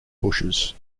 bushes